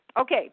Okay